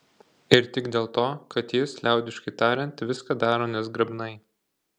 ir tik dėl to kad jis liaudiškai tariant viską daro nezgrabnai